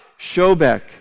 Shobek